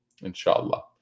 inshallah